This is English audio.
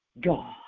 God